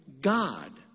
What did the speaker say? God